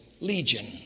legion